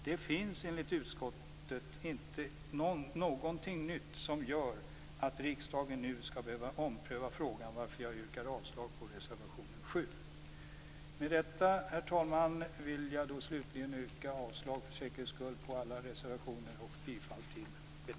Det finns enligt utskottet inte någonting nytt som gör att riksdagen nu skall behöva ompröva frågan, varför jag yrkar avslag på reservation 7. Med detta, herr talman, vill jag slutligen för säkerhets skull yrka avslag på samtliga reservationer och bifall till utskottets hemställan i betänkandet.